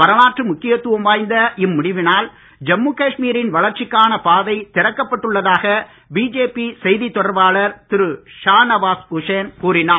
வரலாற்று முக்கியத்துவம் வாய்ந்த இம்முடிவினால் ஜம்மு காஷ்மீரின் வளர்ச்சிக்கான பாதை திறக்கப்பட்டுள்ளதாக பிஜேபி செய்தி தொடர்பாளர் திரு ஷாநவாஸ் உசேன் கூறினார்